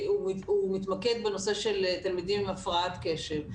מתמקד בנושא של תלמידים עם הפרעת קשב.